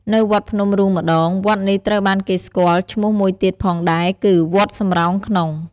នៅវត្តភ្នំរូងម្តង វត្តនេះត្រូវបានគេស្គាល់ឈ្មោះមួយទៀតផងដែរគឺ វត្តសំរោងក្នុង។